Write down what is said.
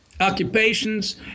occupations